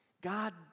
God